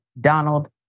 Donald